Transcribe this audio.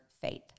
faith